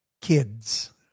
kids